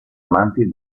amanti